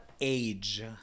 age